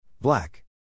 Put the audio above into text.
Black